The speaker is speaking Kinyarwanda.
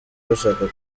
bashaka